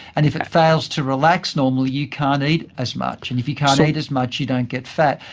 and if it fails to relax normally you can't eat as much. and if you can't eat as much you don't get fat.